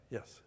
Yes